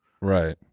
Right